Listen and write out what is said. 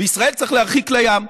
בישראל צריך להרחיק לים.